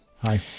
Hi